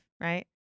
right